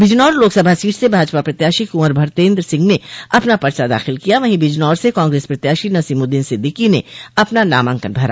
Bijnor Lok Sabha seat से भाजपा प्रत्याशी कुंवर भरतेन्द्र सिंह ने अपना पर्चा दाखिल किया वहीं बिजनौर से कांग्रेस प्रत्याशी नसीमुद्दीन सिद्दीकी ने अपना नामांकन भरा